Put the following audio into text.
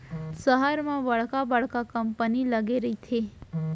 सहर म बड़का बड़का कंपनी लगे रहिथे